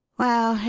well,